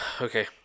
Okay